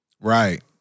Right